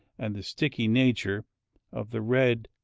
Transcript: and the sticky nature of the red,